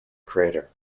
crater